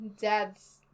dad's